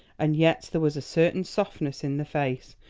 and yet there was a certain softness in the face,